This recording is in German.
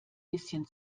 bisschen